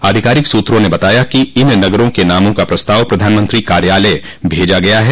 आधिकारिक सूत्रों ने बताया कि इन नगरों के नामों का प्रस्ताव प्रधानमंत्री कार्यालय भेजा गया है